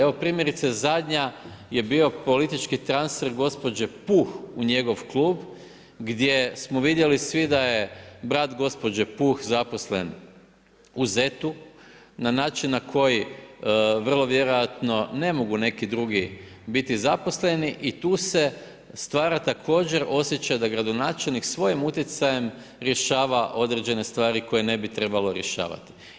Evo primjerice zadnja je bio politički transfer gospođe Puh u njegov Klub, gdje smo vidjeli svi da je brat gospođe Puh zaposlen u ZET-u, na način na koji vrlo vjerojatno ne mogu neki drugi biti zaposleni, i tu se stvara također osjećaj da gradonačelnik svojim utjecajem rješava određene stvari koje ne bi trebalo rješavati.